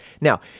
Now